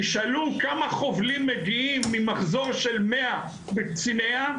תשאלו כמה חובלים מגיעים ממחזור של מאה בקציני ים,